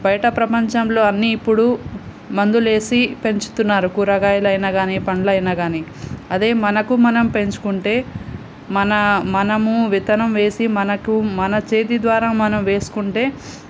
బయట ప్రపంచంలో అన్నీ ఇప్పుడు మందులేసి పెంచుతున్నారు కూరగాలయినా కానీ పండ్లయినా కానీ అదే మనకు మనం పెంచుకుంటే మన మనము విత్తనం వేసి మనకు మన చేతి ద్వారా మనం వేసుకుంటే